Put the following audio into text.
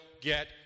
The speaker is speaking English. get